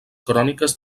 cròniques